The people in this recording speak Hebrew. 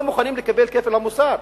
לא מוכנים לקבל את כפל המוסר.